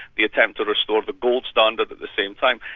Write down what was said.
the attempt to restore the gold standard at the same time.